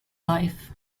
life